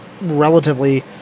relatively